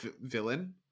villain